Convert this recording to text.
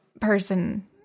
person